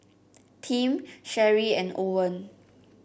Tim Sherree and Owen